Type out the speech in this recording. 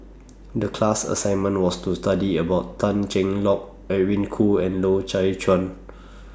The class assignment was to study about Tan Cheng Lock Edwin Koo and Loy Chye Chuan